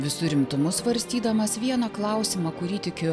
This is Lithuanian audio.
visu rimtumu svarstydamas vieną klausimą kurį tikiu